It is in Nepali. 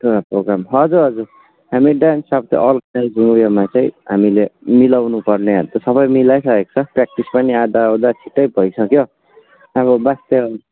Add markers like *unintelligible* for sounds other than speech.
*unintelligible* हजुर हजुर हामी डान्स अब् अलको उयोहरूमा चाहिँ हामीले मिलाउनु पर्ने मिलाई सकेको छ प्र्याक्टिस पनि आधा उधा छिटै भइसक्यो अब बस त्यो